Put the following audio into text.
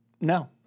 No